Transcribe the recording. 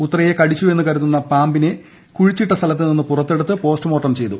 ഉത്രയെ കടിച്ചെവെന്നു കരുതുന്ന പാമ്പിനെ കുഴിച്ചിട്ടിടത്തു നിന്നും പുറത്തെടുത്ത് പോസ്റ്റ്മോർട്ടം ചെയ്തു